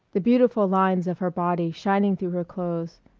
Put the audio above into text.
the beautiful lines of her body shining through her clothes,